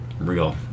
real